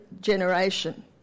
generation